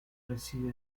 reside